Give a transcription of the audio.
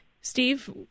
Steve